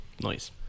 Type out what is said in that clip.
Nice